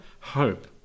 hope